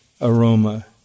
aroma